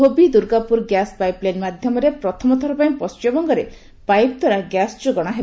Dhobi Durgapur gas pipeline ମାଧ୍ୟମରେ ପ୍ରଥମ ଥର ପାଇଁ ପଣ୍ଟିମବଙ୍ଗରେ ପାଇପ ଦ୍ୱାରା ଗ୍ୟାସ ଯୋଗାଣ ହେବ